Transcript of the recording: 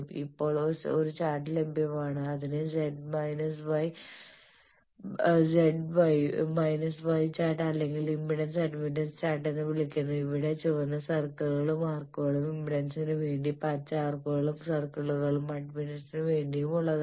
ഇപ്പോൾ ഒരു ചാർട്ട് ലഭ്യമാണ് അതിനെ z y ചാർട്ട് അല്ലെങ്കിൽ ഇംപെഡൻസ് അഡ്മിറ്റൻസ് ചാർട്ട് എന്ന് വിളിക്കുന്നു ഇവിടെ ചുവന്ന സർക്കിളുകളും ആർക്കുകളും ഇംപെഡൻസിനു വേണ്ടിയും പച്ച ആർക്കുകളും സർക്കിളുകളും അഡ്മിറ്റൻസിനു വേണ്ടിയും ഉള്ളതാണ്